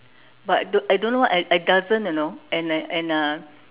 but I don't I don't know what I I doesn't you know and I and uh